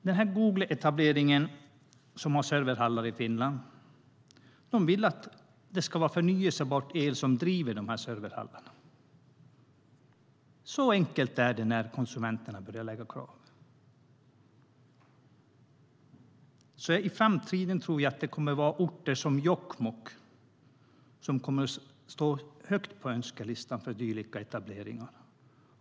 Googles etablering med serverhallar i Finland beror på att de vill att det ska vara förnybar el som driver hallarna. Så enkelt är det när konsumenterna börjar ställa krav.I framtiden tror vi att det kommer att vara orter som Jokkmokk som kommer att stå högt på önskelistan för dylika etableringar.